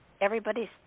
everybody's